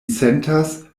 sentas